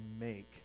make